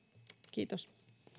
kiitos